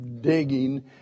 digging